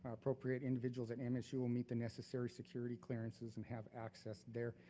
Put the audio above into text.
appropriate individuals at and msu will meet the necessary security clearances and have access there.